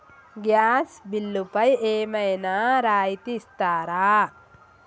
Gas బిల్లుపై ఏమైనా రాయితీ ఇస్తారా?